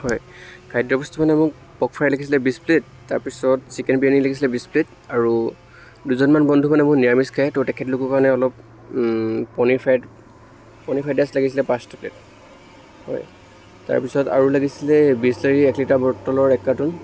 হয় খাদ্যবস্তু মানে মোক পৰ্ক ফ্ৰাই লাগিছিলে বিছ প্লেট তাৰ পিছত চিকেন বিৰিয়ানী লাগিছিলে বিছ প্লেট আৰু দুজনমান বন্ধু মানে মোৰ নিৰামিষ খাই ত' তেখেতলোকৰ কাৰণে অলপ paneer fry paneer fried rice লাগিছিলে পাঁচ প্লেট হয় তাৰ পিছত আৰু লাগিছিলে বিছলেৰি এক লিটাৰ বটলৰ এক কাৰ্টুন